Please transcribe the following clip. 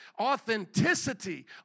Authenticity